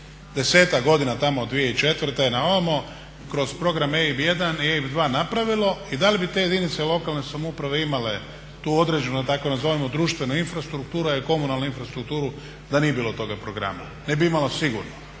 10-ak godina, tamo od 2004. na ovamo kroz program EIB 1, EIB 2 napravilo i da li bi te jedinice lokalne samouprave imale tu određenu da tako nazovemo društvenu infrastrukturu a i komunalnu infrastrukturu da nije bilo toga programa. Ne bi imale sigurno.